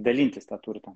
dalintis tą turtą